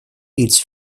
eats